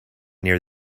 near